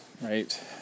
right